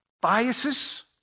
biases